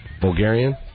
Bulgarian